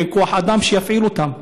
ואין כוח אדם שיפעיל אותן.